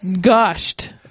gushed